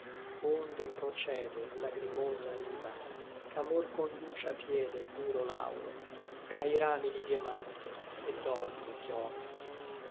onde procede lagrimosa riva ch'amor conduce a pie del duro lauro ch'à i rami di diamante et d'òr le chiome